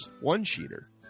one-cheater